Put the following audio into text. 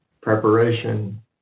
preparation